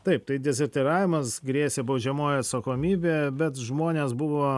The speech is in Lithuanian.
taip tai dezertyravimas grėsė baudžiamoji atsakomybė bet žmonės buvo